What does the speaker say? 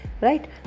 right